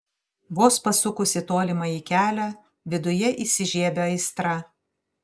vos pasukus į tolimąjį kelią viduje įsižiebia aistra